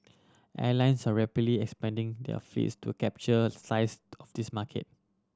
airlines are rapidly expanding their fleets to capture slice of this market